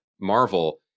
Marvel